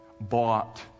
bought